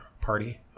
Party